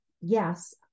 yes